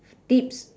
tips